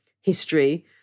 history